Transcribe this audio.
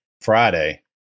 Friday